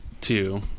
two